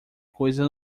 coisa